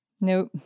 Nope